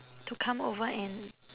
to come over and